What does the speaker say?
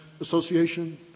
Association